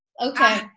okay